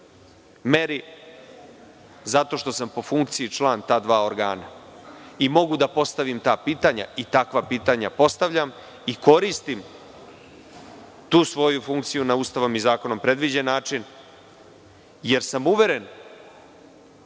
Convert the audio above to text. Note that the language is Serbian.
meri zato što sam po funkciji član ta dva organa. I mogu da postavim ta pitanja, i takva pitanja postavljam, i koristim tu svoju funkciju Ustavom i zakonom na predviđen način, jer sam uveren